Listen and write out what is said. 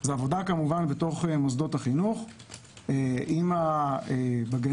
זה עבודה כמובן בתוך מוסדות החינוך עם הגנים,